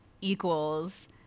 equals